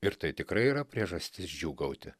ir tai tikrai yra priežastis džiūgauti